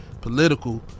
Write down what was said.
political